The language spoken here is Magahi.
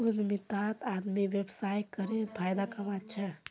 उद्यमितात आदमी व्यवसाय करे फायदा कमा छे